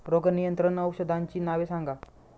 रोग नियंत्रण औषधांची नावे सांगा?